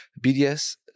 BDS